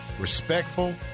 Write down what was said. respectful